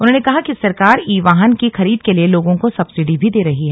उन्होने कहा कि सरकार ई वाहन की खरीद के लिए लोगों को सब्सिडी भी दे रही है